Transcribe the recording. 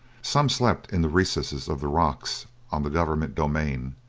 some slept in the recesses of the rocks on the government domain.